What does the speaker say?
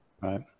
Right